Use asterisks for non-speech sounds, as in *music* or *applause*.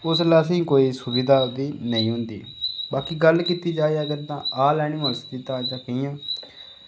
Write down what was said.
उसलै असेंगी कोई सुविधा बी नेईं होंदी बाकी गल्ल कीती जा अगर तां आल एंड वन *unintelligible*